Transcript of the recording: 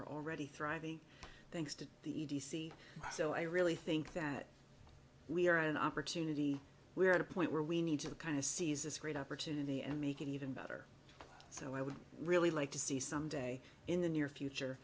are already thriving thanks to the e t c so i really think that we are an opportunity we're at a point where we need to kind of seize it's great opportunity and make it even better so i would really like to see some day in the near future